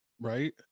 right